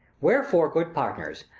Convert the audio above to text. wherefore, good partners,